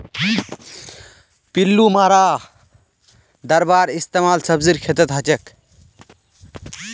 पिल्लू मारा दाबार इस्तेमाल सब्जीर खेतत हछेक